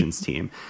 team